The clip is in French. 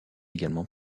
également